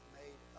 made